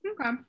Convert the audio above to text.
okay